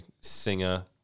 singer